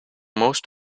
most